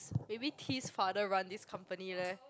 maybe T's father run this company leh